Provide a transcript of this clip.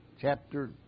chapter